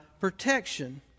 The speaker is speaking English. protection